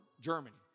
Germany